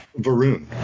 Varun